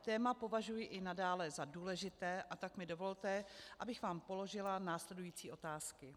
Téma považuji i nadále za důležité, a tak mi dovolte, abych vám položila následující otázky.